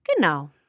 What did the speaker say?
Genau